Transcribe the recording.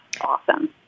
awesome